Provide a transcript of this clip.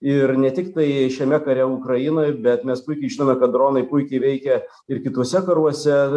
ir ne tik tai šiame kare ukrainoj bet mes puikiai žinome kad dronai puikiai veikia ir kituose karuose